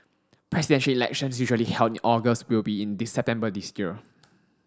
Presidential Elections usually held in August will be in this September this year